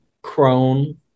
Crone